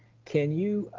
can you